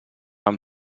amb